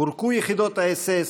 פורקו יחידות האס.אס,